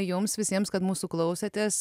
jums visiems kad mūsų klausėtės